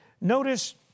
Notice